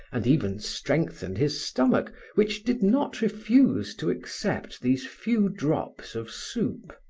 and even strengthened his stomach which did not refuse to accept these few drops of soup.